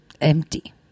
empty